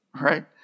right